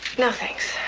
no, thanks.